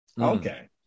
okay